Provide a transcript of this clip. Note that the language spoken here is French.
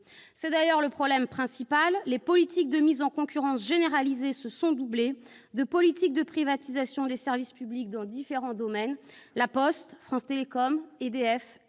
C'est d'ailleurs le problème principal. Les politiques de mise en concurrence généralisées se sont doublées de politiques de privatisation des services publics dans différents domaines : La Poste, France Télécom, EDF,